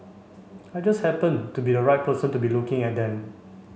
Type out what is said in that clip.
I just happened to be a right person to be looking at them